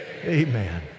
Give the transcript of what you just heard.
Amen